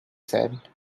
said